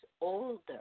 older